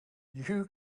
you